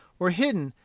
were hidden,